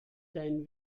dein